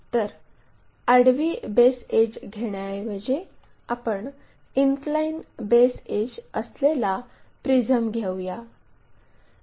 तर आडवी base edge घेण्याऐवजी आपण इनक्लाइन बेस एड्ज असलेला प्रिझम घेऊया